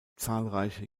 zahlreiche